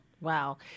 Wow